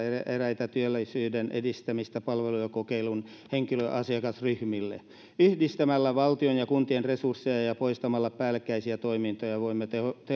eräitä työllisyyden edistämisen palveluja kokeilun henkilöasiakasryhmille yhdistämällä valtion ja kuntien resursseja ja poistamalla päällekkäisiä toimintoja voimme